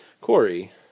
Corey